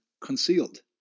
concealed